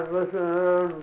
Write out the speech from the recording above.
listen